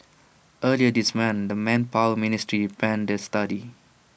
earlier this month the manpower ministry panned the study